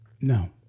No